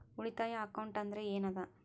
ಉಳಿತಾಯ ಅಕೌಂಟ್ ಅಂದ್ರೆ ಏನ್ ಅದ?